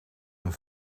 een